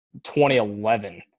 2011